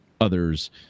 others